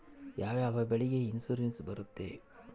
ಯಾವ ಯಾವ ಬೆಳೆಗೆ ಇನ್ಸುರೆನ್ಸ್ ಬರುತ್ತೆ?